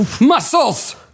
Muscles